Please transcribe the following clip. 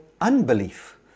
unbelief